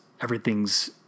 everything's